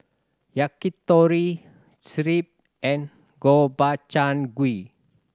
Yakitori Crepe and Gobchang Gui